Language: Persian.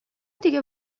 دیگه